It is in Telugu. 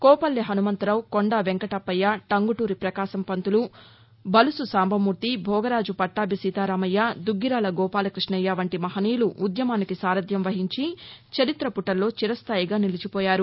కోపల్లె హనుమంతరావు కొండా వెంకటప్పయ్య టంగుటూరి పకాశం పంతులు బలుసు సాంబమూర్తి భోగరాజు పట్టాభి సీతారామయ్య దుగ్గిరాల గోపాలకృష్ణయ్య వంటి మహనీయులు ఉద్యమానికి సారధ్యం వహించి చరిత్ర పుటల్లో చిరస్దాయిగా నిలిచి పోయారు